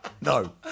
No